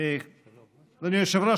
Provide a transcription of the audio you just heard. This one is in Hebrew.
אדוני היושב-ראש,